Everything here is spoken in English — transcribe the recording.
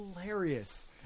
hilarious